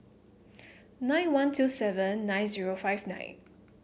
nine one two seven nine zero five nine